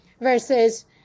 versus